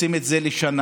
סעיפים 16, 17,